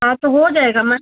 हाँ तो हो जाएगा मैम